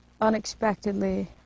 unexpectedly